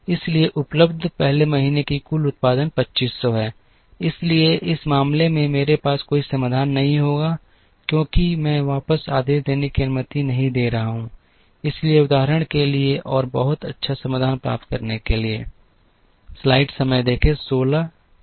इसलिए उपलब्ध 1 महीने का कुल उत्पादन 2500 है इसलिए इस मामले में मेरे पास कोई समाधान नहीं होगा क्योंकि मैं वापस आदेश देने की अनुमति नहीं दे रहा हूं इसलिए उदाहरण के लिए और बहुत अच्छा समाधान प्राप्त करने के लिए